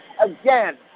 again